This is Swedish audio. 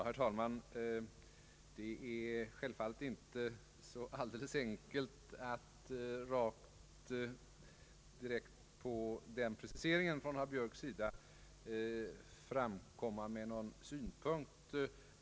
Herr talman! Det är självfallet inte så enkelt att direkt efter denna precisering från herr Björk framkomma med någon synpunkt.